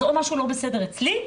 אז או משהו לא בסדר אצלי,